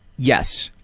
yes.